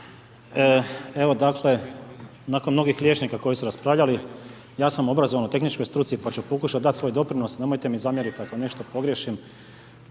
Evo dakle, nakon mnogih liječnika koji su raspravljali ja sam obrazovan u tehničkoj struci pa ću pokušati dat svoj doprinos, nemojte mi zamjeriti ako nešto pogriješim.